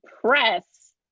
press